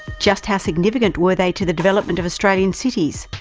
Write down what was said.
just how significant were they to the development of australian cities?